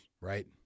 right